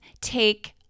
take